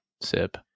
sip